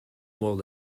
molt